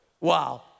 Wow